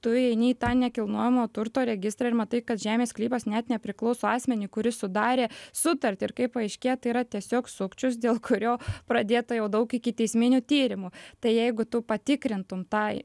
tu įeini į tą nekilnojamo turto registrą ir matai kad žemės sklypas net nepriklauso asmeniui kuris sudarė sutartį ir kaip paaiškėja tai yra tiesiog sukčius dėl kurio pradėta jau daug ikiteisminių tyrimų tai jeigu tu patikrintum tą